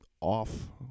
off